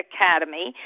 Academy